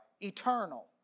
Eternal